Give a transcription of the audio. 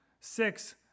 Six